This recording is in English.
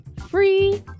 free